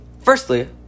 Firstly